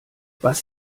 was